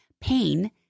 pain